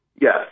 Yes